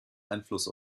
einfluss